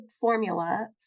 formula